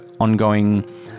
ongoing